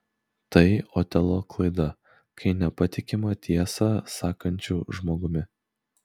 tai otelo klaida kai nepatikima tiesą sakančiu žmogumi